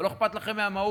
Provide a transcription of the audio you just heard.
אבל לא אכפת לכם מהמהות.